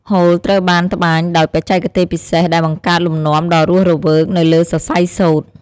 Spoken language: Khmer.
ហូល ត្រូវបានត្បាញដោយបច្ចេកទេសពិសេសដែលបង្កើតលំនាំដ៏រស់រវើកនៅលើសរសៃសូត្រ។